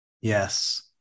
Yes